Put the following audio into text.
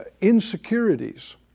insecurities